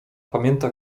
pamięta